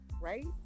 right